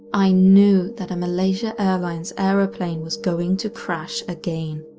i knew that a malaysia airlines airplane was going to crash again.